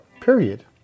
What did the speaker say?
Period